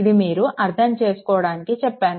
ఇది మీరు అర్థం చేసుకోవడానికి చెప్పాను